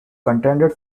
contended